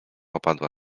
opadła